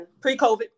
pre-COVID